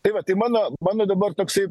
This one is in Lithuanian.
tai va tai mano mano dabar toksai